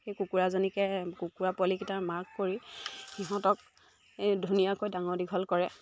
সেই কুকুৰাজনীকে কুকুৰা পোৱালিকেইটাৰ মাক কৰি সিহঁতক এই ধুনীয়াকৈ ডাঙৰ দীঘল কৰে